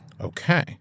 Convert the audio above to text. Okay